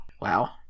Wow